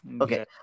Okay